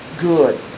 good